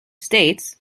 states